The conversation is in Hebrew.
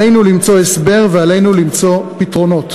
עלינו למצוא הסבר ועלינו למצוא פתרונות.